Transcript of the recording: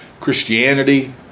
Christianity